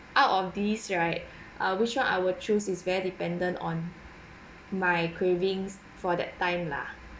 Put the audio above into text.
out of these right uh which one I would choose is very dependent on my cravings for that time lah